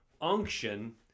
unction